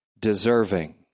deserving